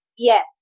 Yes